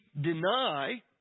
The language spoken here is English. deny